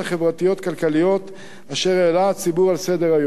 החברתיות-הכלכליות אשר העלה הציבור על סדר-היום.